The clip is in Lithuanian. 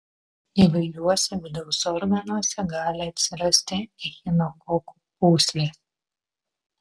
įvairiuose vidaus organuose gali atsirasti echinokokų pūslės